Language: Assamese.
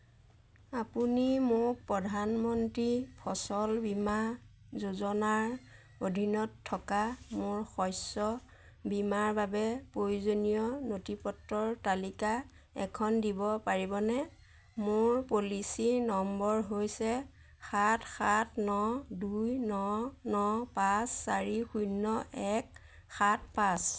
আপুনি মোক প্ৰধানমন্ত্ৰী ফচল বীমা যোজনাৰ অধীনত থকা মোৰ শস্য বীমাৰ বাবে প্ৰয়োজনীয় নথিপত্ৰৰ তালিকা এখন দিব পাৰিবনে মোৰ পলিচী নম্বৰ হৈছে সাত সাত ন দুই ন ন পাঁচ চাৰি শূন্য এক সাত পাঁচ